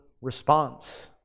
response